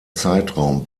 zeitraum